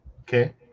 Okay